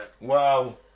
Wow